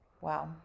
Wow